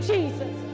Jesus